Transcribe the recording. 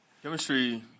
Chemistry